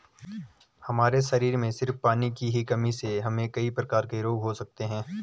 हमारे शरीर में सिर्फ पानी की ही कमी से हमे कई प्रकार के रोग हो सकते है